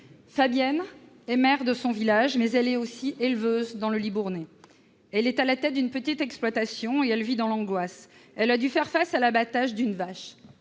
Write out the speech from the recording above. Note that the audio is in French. Fabienne est maire de son village, mais elle est aussi éleveuse dans le Libournais. Elle est à la tête d'une petite exploitation et elle vit dans l'angoisse. Elle a dû faire face à l'abattage d'une vache.